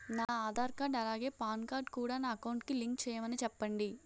నా ఆధార్ కార్డ్ అలాగే PAN card కూడా నా అకౌంట్ కి లింక్ చేయమని చెప్పండి